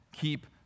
keep